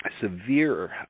severe